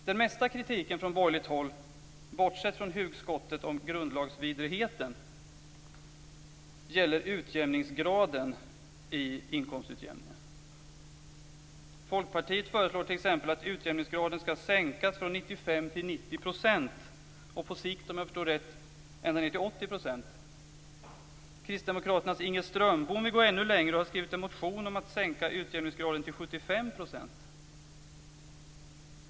Den mesta kritiken från borgerligt håll - bortsett från hugskottet om grundlagsvidrigheten - gäller utjämningsgraden i inkomstutjämningen. Folkpartiet föreslår t.ex. att utjämningsgraden skall sänkas från 95 till 90 % och på sikt - om jag förstår rätt - ned till 80 %. Kristdemokraternas Inger Strömbom vill gå ännu längre, och hon har väckt en motion om att sänka utjämningsgraden till 75 %.